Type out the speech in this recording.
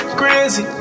crazy